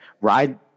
ride